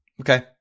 Okay